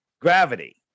gravity